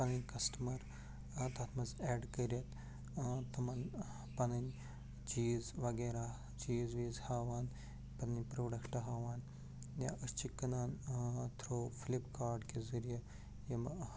پَنٕنۍ کَسٹَمَر تَتھ منٛز اٮ۪ڈ کٔرِتھ تمَن پَنٕنۍ چیٖز وغیرہ چیٖز ویٖز ہاوان پَنٕنۍ پروڈکٹ ہاوان یا أسۍ چھِ کٕنان تھرو فِلِپکارٹ کہ ذریعہِ یِمہٕ